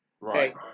right